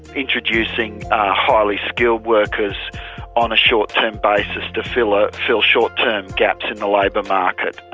introducing highly skilled workers on a short-term basis to fill ah fill short-term gaps in the labour market.